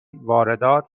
واردات